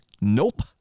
nope